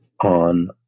on